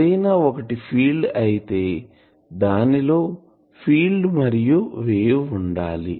ఏదైనా ఒకటి ఫీల్డ్ అయితే దానిలో ఫీల్డ్ మరియు వేవ్ ఉండాలి